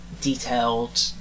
detailed